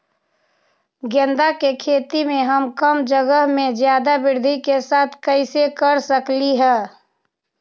गेंदा के खेती हम कम जगह में ज्यादा वृद्धि के साथ कैसे कर सकली ह?